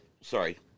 sorry